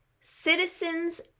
Citizens